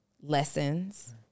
lessons